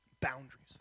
boundaries